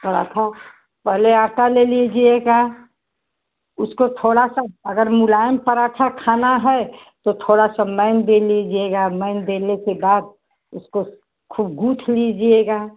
पराठा पहले आटा ले लीजिएगा उसको थोड़ा सा अगर मुलायम पराठा खाना है तो थोड़ा सा मैदा लीजिएगा मैदा ले कर बाद उसको ख़ूब गूँद लीजिएगा